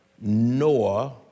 Noah